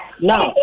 Now